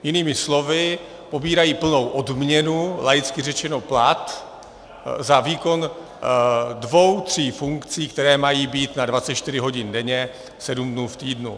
Jinými slovy pobírají plnou odměnu, laicky řečeno plat, za výkon dvou tří funkcí, které mají být na 24 hodin denně, 7 dnů v týdnu.